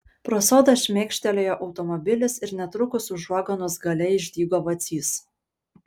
pro sodą šmėkštelėjo automobilis ir netrukus užuoganos gale išdygo vacys